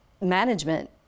management